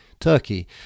Turkey